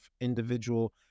individual